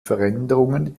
veränderungen